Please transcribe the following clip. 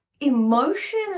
emotion